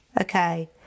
Okay